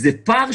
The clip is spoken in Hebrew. זה פער.